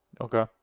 okay